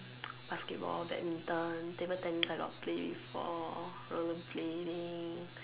basketball badminton table-tennis I got play before rollerblading